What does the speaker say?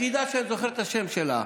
היחידה שאני זוכר את השם שלה,